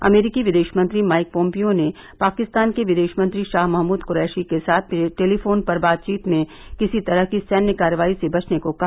अमरीकी विदेश मंत्री माइक पोम्पियो ने पाकिस्तान के विदेशमंत्री शाह महमूद क्रैशी के साथ टेलीफोन पर बातचीत में किसी तरह की सैन्य कार्रवाई से बचने को कहा